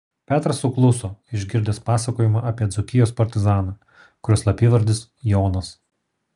petras sukluso išgirdęs pasakojimą apie dzūkijos partizaną kurio slapyvardis jonas